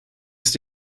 ist